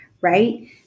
Right